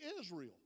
Israel